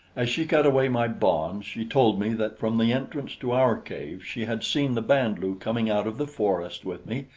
as she cut away my bonds, she told me that from the entrance to our cave she had seen the band-lu coming out of the forest with me,